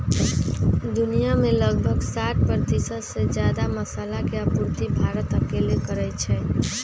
दुनिया में लगभग साठ परतिशत से जादा मसाला के आपूर्ति भारत अकेले करई छई